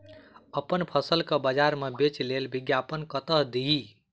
अप्पन फसल केँ बजार मे बेच लेल विज्ञापन कतह दी?